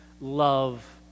love